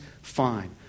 fine